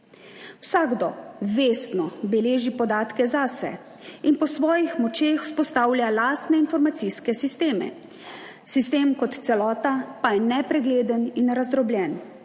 Vsakdo vestno beleži podatke zase in po svojih močeh vzpostavlja lastne informacijske sisteme, sistem kot celota pa je nepregleden in razdrobljen,